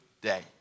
day